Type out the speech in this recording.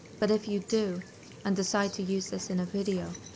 but if you do and decide to use this in a video,